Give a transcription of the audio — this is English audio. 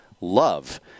Love